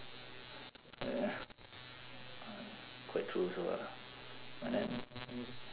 quite true also ah but then